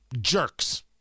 Jerks